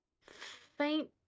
faint